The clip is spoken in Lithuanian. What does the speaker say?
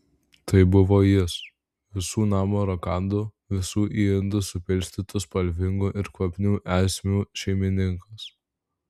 tai buvo jis visų namo rakandų visų į indus supilstytų spalvingų ir kvapnių esmių šeimininkas